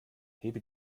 hebe